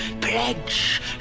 Pledge